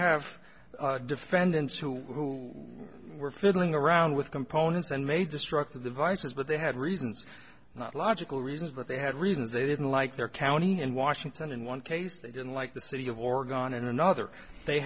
have defendants who were fiddling around with components and made destructive devices but they had reasons not logical reasons but they had reasons they didn't like their county and washington in one case they didn't like the city of oregon another they